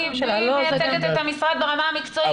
היא מייצגת את המשרד ברמה המקצועית.